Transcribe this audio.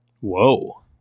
whoa